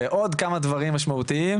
ועוד כמה דברים משמעותיים,